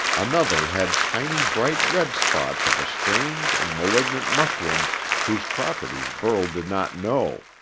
another had tiny bright red spots of a strange and malignant mushroom whose properties burl did not know,